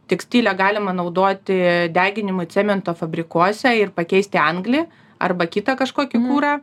tekstilę galima naudoti deginimui cemento fabrikuose ir pakeisti anglį arba kitą kažkokį kurą